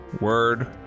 word